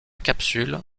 capsule